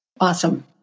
Awesome